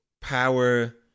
power